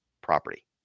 property